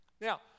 Now